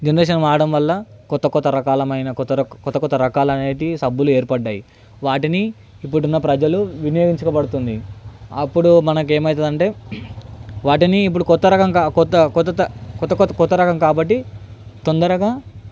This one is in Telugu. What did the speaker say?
జనరేషన్ మారడం వల్ల కొత్త కొత్త రకాల మైన కొత్త కొత్త రకాలు అనేటివి సబ్బులు ఏర్పడ్డాయి వాటిని ఇప్పుడున్న ప్రజలు వినియోగించబడుతుంది అప్పుడు మనకు ఏమవుతుంది అంటే వాటిని ఇప్పుడు కొత్త రకం కొత్త కొత్త కొత్త రకం కాబట్టి తొందరగా